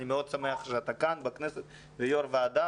אני מאוד שמח שאתה כאן בכנסת ויו"ר ועדה